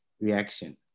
reaction